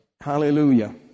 Hallelujah